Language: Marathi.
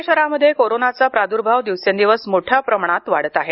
पुणे शहरामध्ये कोरोनाचा प्रादुर्भाव दिवसेंदिवस मोठ्या प्रमाणावर वाढत आहे